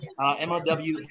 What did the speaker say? MLW